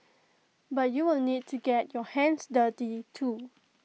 but you will need to get your hands dirty too